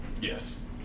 Yes